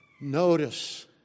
Notice